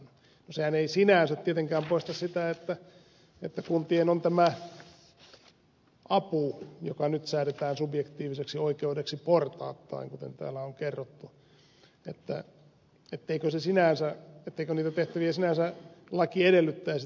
sehän ei sinänsä tietenkään poista sitä että kuntien on tämä apu joka nyt säädetään subjektiiviseksi oikeudeksi portaittain kuten täällä on kerrottu järjestettävä eli ne tehtävät sinänsä laki edellyttää täytettäviksi